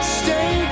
stay